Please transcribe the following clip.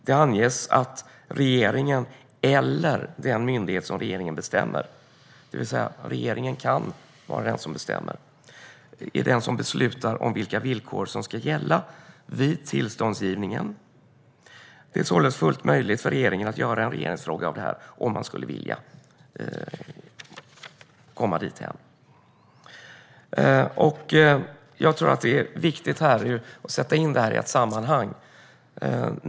Det anges att regeringen eller den myndighet som regeringen bestämmer - regeringen kan alltså vara den som bestämmer - är den som beslutar om vilka villkor som ska gälla vid tillståndsgivningen. Det är således fullt möjligt för regeringen att göra en regeringsfråga av detta om den skulle vilja komma dithän. Jag tror att det är viktigt att sätta in detta i ett sammanhang.